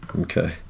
Okay